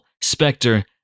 Spectre